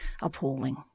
appalling